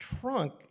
trunk